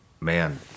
man